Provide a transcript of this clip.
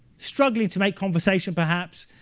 struggling to make conversation, perhaps,